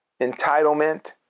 entitlement